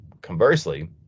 Conversely